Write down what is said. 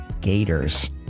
Gators